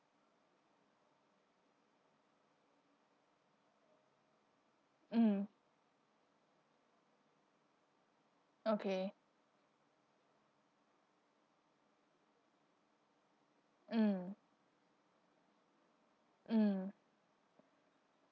mm okay mm mm